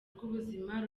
rw’ubuzima